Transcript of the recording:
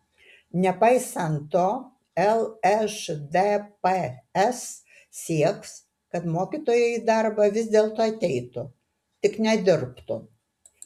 nepaisant to lšdps sieks kad mokytojai į darbą vis dėlto ateitų tik nedirbtų